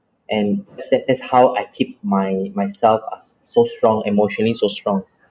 and that that that's how I keep my myself uh so strong emotionally so strong